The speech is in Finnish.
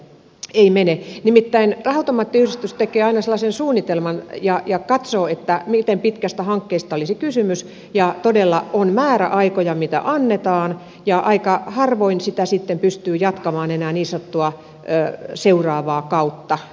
ei mene nimittäin raha automaattiyhdistys tekee aina suunnitelman ja katsoo miten pitkästä hankkeesta olisi kysymys ja todella on määräaikoja mitä annetaan ja aika harvoin sitä sitten pystyy jatkamaan enää niin sanottua seuraavaa kautta